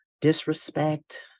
disrespect